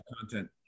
content